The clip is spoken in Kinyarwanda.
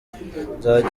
nzajya